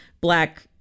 black